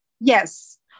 yes